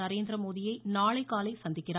நரேந்திரமோடியை நாளை காலை சந்திக்கிறார்